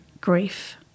grief